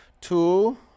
Two